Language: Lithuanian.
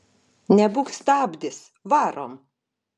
nebūk stabdis varom